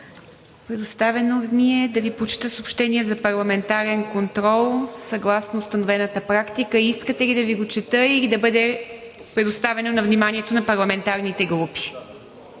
Предоставено ми е да Ви прочета съобщения за парламентарен контрол съгласно установената практика. Искате ли да Ви го чета, или да бъде предоставено на вниманието на парламентарните групи?